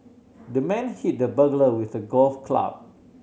the man hit the burglar with the golf club